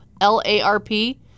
L-A-R-P